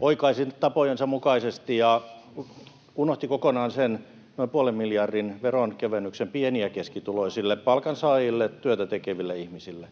oikaisi tapojensa mukaisesti [Antti Lindtman: No no!] ja unohti kokonaan sen puolen miljardin veronkevennyksen pieni‑ ja keskituloisille palkansaajille, työtä tekeville ihmisille.